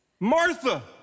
Martha